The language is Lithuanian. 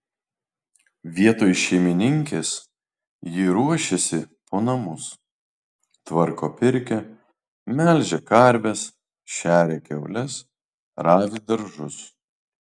vietoj šeimininkės ji ruošiasi po namus tvarko pirkią melžia karves šeria kiaules ravi daržus